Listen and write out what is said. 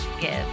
give